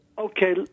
Okay